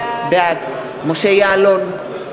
בעד משה יעלון,